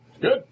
Good